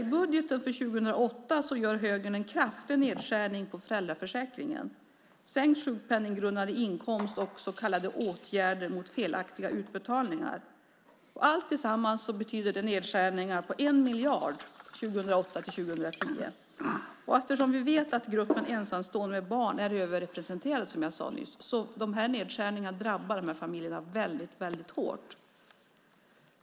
I budgeten för år 2008 genomför högern en kraftig nedskärning på föräldraförsäkringen, sänkt sjukpenninggrundande inkomst och åtgärder mot felaktiga utbetalningar. Allt tillsammans betyder nedskärningar på 1 miljard 2008-2010. Eftersom vi vet att gruppen ensamstående med barn är överrepresenterad, som jag nyss sade, drabbar det dessa familjer väldigt hårt.